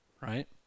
right